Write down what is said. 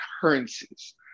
currencies